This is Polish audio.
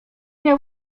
miał